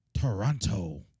Toronto